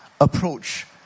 approach